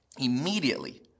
immediately